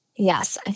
Yes